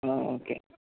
okay